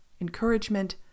encouragement